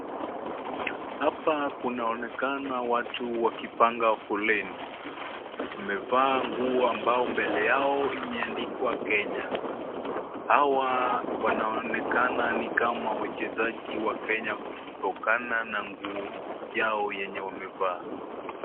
Hapa kunaonekana watu wakipanga foleni. Wamevaa nguo ambao mbele yao imeandikwa Kenya. Hawa wanaonekana ni kama wachezaji wa Kenya kutokana na nguo yao yenye wamevaa.